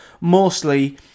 mostly